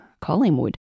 Collingwood